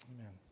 Amen